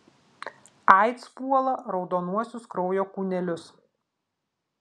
aids puola raudonuosius kraujo kūnelius